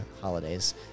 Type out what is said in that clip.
holidays